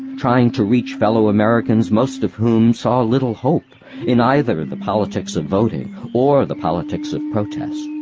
trying to reach fellow americans most of whom saw little hope in either the politics of voting or the politics of protest.